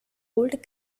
old